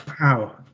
Wow